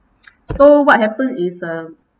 so what happens is uh